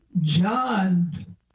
John